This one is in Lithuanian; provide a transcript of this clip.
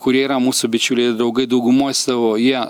kurie yra mūsų bičiuliai ir draugai daugumoj savo jie